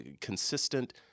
consistent